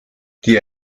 die